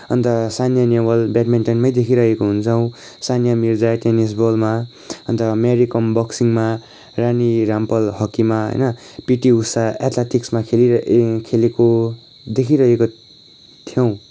अन्त साइना नेहवाल ब्याटमिन्टनमै देखिरहेको हुन्छौँ सानिया मिर्जा टेनिस बलमा अन्त मेरि कम बक्सिङमा रानी रामपाल हकीमा होइन पिटी उषा एथलेटिक्समा खेलिरहेको खेलेको देखिरहेको थियौँ